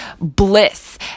bliss